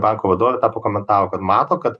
banko vadovė pakomentavo kad mato kad